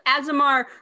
Azamar